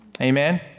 Amen